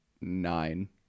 nine